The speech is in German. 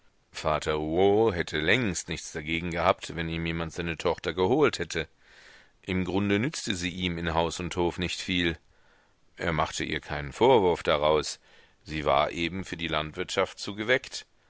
vater rouault hätte längst nichts dagegen gehabt wenn ihm jemand seine tochter geholt hätte im grunde nützte sie ihm in haus und hof nicht viel er machte ihr keinen vorwurf daraus sie war eben für die landwirtschaft zu geweckt